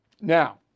Now